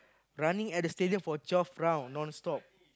running at the stadium for twelve round non stop